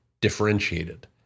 differentiated